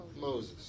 Moses